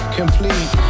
complete